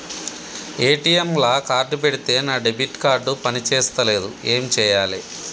ATM లా card పెడితే నా డెబిట్ కార్డ్ పని చేస్తలేదు ఏం చేయాలే?